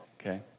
okay